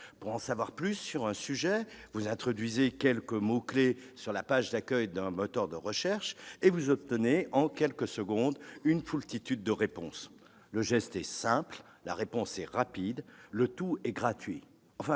Pour en savoir plus sur un sujet, vous introduisez quelques mots-clés sur la page d'accueil d'un moteur de recherche et vous obtenez en quelques secondes une foultitude de résultats. Le geste est simple, la réponse est rapide et le tout est gratuit.